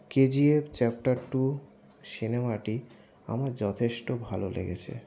KGF chapter two সিনেমাটি আমার যথেষ্ট ভালো লেগেছে